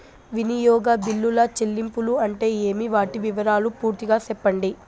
వినియోగ బిల్లుల చెల్లింపులు అంటే ఏమి? వాటి వివరాలు పూర్తిగా సెప్పండి?